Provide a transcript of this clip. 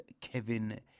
Kevin